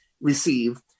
receive